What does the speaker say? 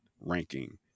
ranking